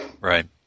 Right